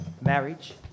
marriage